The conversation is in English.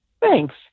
Thanks